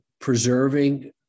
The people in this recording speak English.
preserving